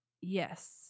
Yes